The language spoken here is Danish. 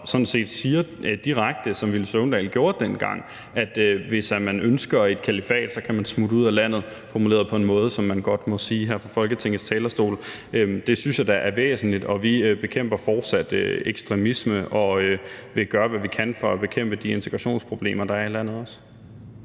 sådan set direkte, som hr. Villy Søvndal gjorde dengang, at hvis man ønsker et kalifat, kan man smutte ud af landet – formuleret på en måde som det godt må siges på her fra Folketingets talerstol. Det synes jeg da er væsentligt, og vi bekæmper fortsat ekstremisme, og vi vil gøre, hvad vi kan, for at bekæmpe de integrationsproblemer, der er i landet.